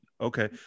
okay